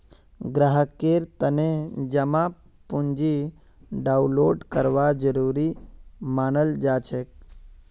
ग्राहकेर तने जमा पर्ची डाउनलोड करवा जरूरी मनाल जाछेक